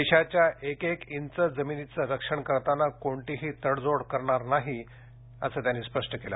देशाच्या एक एक इंच जमिनीचं रक्षण करताना कोणतीही तडजोड करणार नाही नसल्याचं त्यांनी स्पष्ट केलं